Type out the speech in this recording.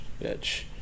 bitch